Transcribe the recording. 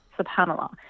subhanAllah